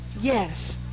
Yes